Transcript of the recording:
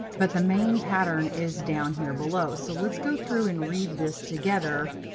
but the main pattern is down here below. so let's go through and read this together,